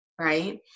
right